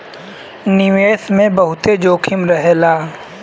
निवेश मे बहुते जोखिम रहेला